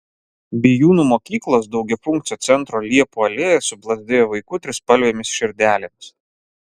bijūnų mokyklos daugiafunkcio centro liepų alėja suplazdėjo vaikų trispalvėmis širdelėmis